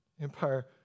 Empire